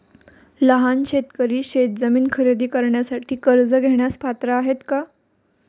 लहान शेतकरी शेतजमीन खरेदी करण्यासाठी कर्ज घेण्यास पात्र आहेत का?